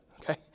okay